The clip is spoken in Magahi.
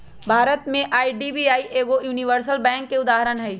भारत में आई.डी.बी.आई एगो यूनिवर्सल बैंक के उदाहरण हइ